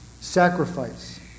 sacrifice